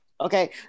Okay